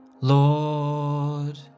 lord